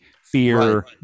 fear